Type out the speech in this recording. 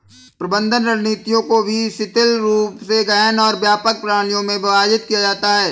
प्रबंधन रणनीतियों को भी शिथिल रूप से गहन और व्यापक प्रणालियों में विभाजित किया जाता है